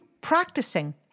practicing